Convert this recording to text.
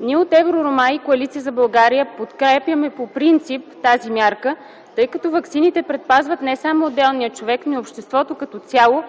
Ние от „ЕВРОРОМА” и „Коалиция за България” подкрепяме по принцип тази мярка, тъй като ваксините предпазват не само отделния човек, но и обществото като цяло